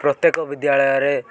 ପ୍ରତ୍ୟେକ ବିଦ୍ୟାଳୟରେ